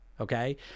Okay